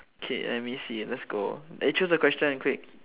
okay let me see let's go eh choose a question quick